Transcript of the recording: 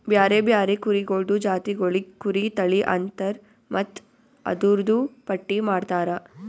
ಬ್ಯಾರೆ ಬ್ಯಾರೆ ಕುರಿಗೊಳ್ದು ಜಾತಿಗೊಳಿಗ್ ಕುರಿ ತಳಿ ಅಂತರ್ ಮತ್ತ್ ಅದೂರ್ದು ಪಟ್ಟಿ ಮಾಡ್ತಾರ